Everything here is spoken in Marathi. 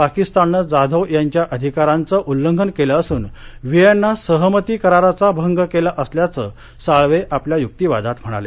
पाकिस्ताननं जाधव यांच्या अधिकारांचं उल्लंघन केलं असून व्हिएन्ना सहमती कराराचा भंग केला असल्याचं साळवे आपल्या युक्तिवादात म्हणाले